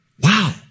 Wow